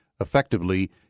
effectively